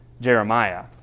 Jeremiah